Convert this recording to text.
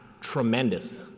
tremendous